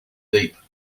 deep